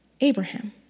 Abraham